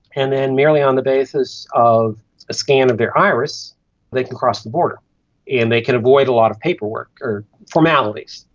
and then merely on the basis of a scan of their iris they can cross the border and they can avoid a lot of paperwork or formalities,